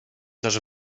też